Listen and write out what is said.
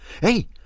Hey